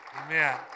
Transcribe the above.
Amen